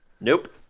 Nope